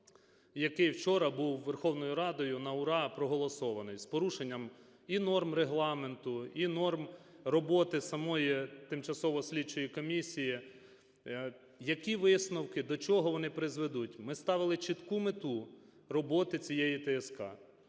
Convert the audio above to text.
який вчора був Верховною Радою на ура проголосований з порушенням і норм Регламенту, і норм роботи самої тимчасової слідчої комісії. Які висновки, до чого вони призведуть? Ми ставили чітку мету роботи цієї ТСК